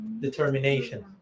determination